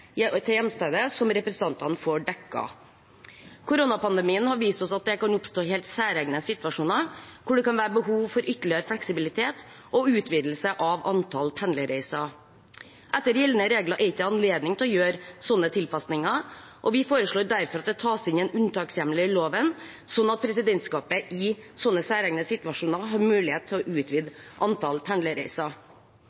til hjemstedet som representantene får dekket. Koronapandemien har vist oss at det kan oppstå helt særegne situasjoner hvor det kan være behov for ytterligere fleksibilitet og utvidelse av antall pendlerreiser. Etter gjeldende regler er det ikke anledning til å gjøre sånne tilpasninger. Vi foreslår derfor at det tas inn en unntakshjemmel i loven, sånn at presidentskapet i særegne situasjoner har mulighet til å utvide